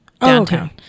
downtown